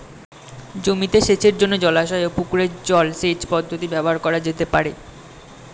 জমিতে সেচের জন্য জলাশয় ও পুকুরের জল সেচ পদ্ধতি ব্যবহার করা যেতে পারে?